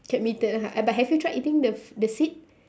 can be eaten ah but have you tried eating the f~ the seed